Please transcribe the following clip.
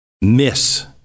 miss